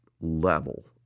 level